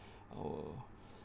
our